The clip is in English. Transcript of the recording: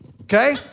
okay